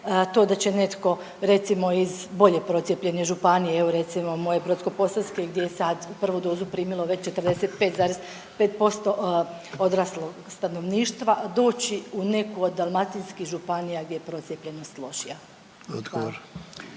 to da će netko recimo iz bolje procijepljene županije, evo recimo moje Brodsko-posavske gdje je sad prvu dozu primilo već 45,5% odraslog stanovništva doći u neku od dalmatinskih županija gdje je procijepljenost lošija.